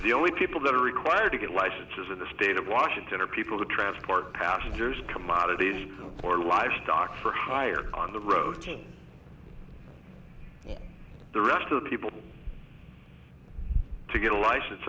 the only people that are required to get licenses in the state of washington are people to transport passengers commodities or livestock for hire on the roads and the rest of the people to get a license